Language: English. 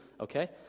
okay